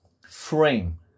frame